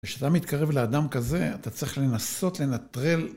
כשאתה מתקרב לאדם כזה אתה צריך לנסות לנטרל.